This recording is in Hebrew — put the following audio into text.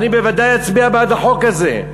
אני בוודאי אצביע על החוק זה,